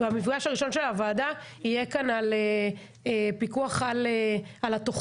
והמפגש הראשון של הוועדה יהיה כאן על פיקוח על התוכנית,